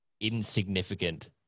insignificant